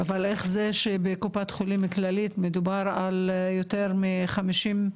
אבל איך זה שבקופת חולים כללית מדובר על יותר מ-50%?